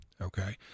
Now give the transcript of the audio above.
Okay